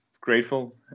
grateful